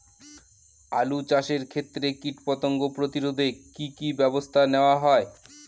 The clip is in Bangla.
আলু চাষের ক্ষত্রে কীটপতঙ্গ প্রতিরোধে কি কী ব্যবস্থা নেওয়া হয়?